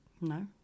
no